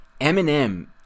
Eminem